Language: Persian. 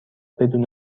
بدون